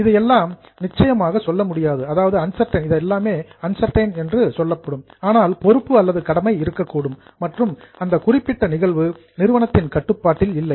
இது எல்லாம் அன்சர்டைன் நிச்சயமாக சொல்ல முடியாது ஆனால் பொறுப்பு அல்லது கடமை இருக்கக்கூடும் மற்றும் அந்த குறிப்பிட்ட நிகழ்வு நிறுவனத்தின் கட்டுப்பாட்டில் இல்லை